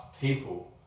people